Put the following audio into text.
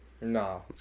no